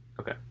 Okay